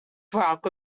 barack